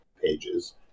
pages